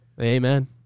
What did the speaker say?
Amen